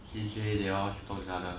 C_J they all talk to each other